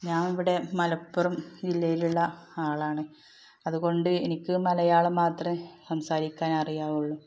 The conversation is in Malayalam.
ഞാൻ ഇവിടെ മലപ്പുറം ജില്ലയിലുള്ള ആളാണ് അത്കൊണ്ട് എനിക്ക് മലയാളം മാത്രമേ സംസാരിക്കാൻ അറിയുകയുള്ളൂ